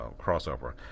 crossover